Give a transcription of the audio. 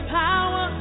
power